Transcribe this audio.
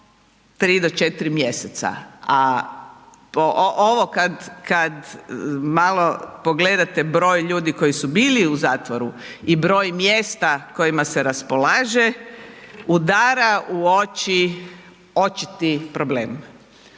3 do 4 mj. a ovo kad malo pogledate broj ljudi koji su bili u zatvoru i broj mjesta kojima se raspolaže, udara u oči očiti problem